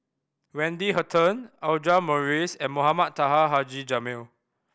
Wendy Hutton Audra Morrice and Mohamed Taha Haji Jamil